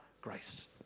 grace